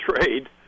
trade